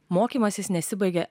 mokymasis nesibaigia